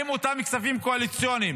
האם אותם כספים קואליציוניים